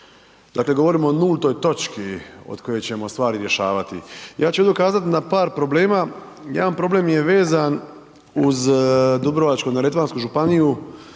Dakle, govorimo o nultoj točki od koje ćemo stvari rješavati. Ja ću ovdje ukazat na par problema, jedan problem je vezan uz Dubrovačko-neretvansku županiju,